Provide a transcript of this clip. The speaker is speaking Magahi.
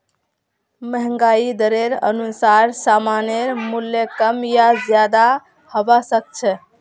महंगाई दरेर अनुसार सामानेर मूल्य कम या ज्यादा हबा सख छ